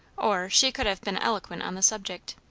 or she could have been eloquent on the subject.